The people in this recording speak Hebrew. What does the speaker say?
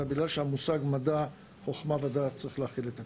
אלא בגלל שהמושג מדע חוכמה ודעת צריך להכיל את הכול.